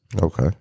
Okay